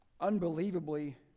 unbelievably